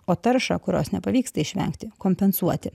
o taršą kurios nepavyksta išvengti kompensuoti